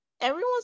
everyone's